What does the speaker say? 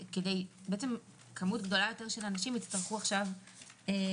בעצם מספר גדול יותר של אנשים יצטרכו עכשיו להיבדק,